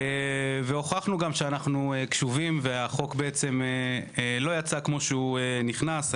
הוכחנו שאנחנו קשובים ושהחוק לא יצא כמו שהוא נכנס.